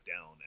down